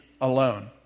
alone